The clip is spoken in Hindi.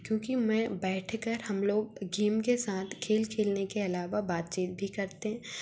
क्योंकि मैं बैठकर हम लोग गेम के साथ खेल खेलने के अलावा बातचीत भी करते हैं